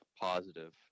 positive